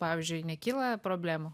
pavyzdžiui nekyla problemų